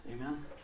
Amen